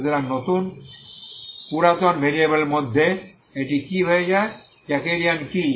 সুতরাং নতুন পুরাতন ভেরিয়েবলের মধ্যে এটি কি হয়ে যায় জ্যাকোবিয়ান কি